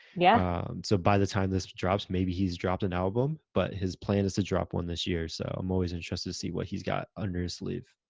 yeah so by the time this drops, maybe he's dropped an album, but his plan is to drop one this year, so i'm always interested to see what he's got under his sleeve.